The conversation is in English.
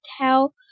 tell